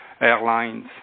airlines